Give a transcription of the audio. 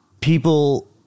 people